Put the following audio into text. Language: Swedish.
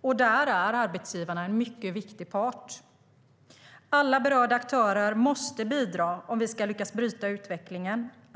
och där är arbetsgivarna en mycket viktig part. Alla berörda aktörer måste bidra om vi ska lyckas bryta utvecklingen.